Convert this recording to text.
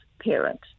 parent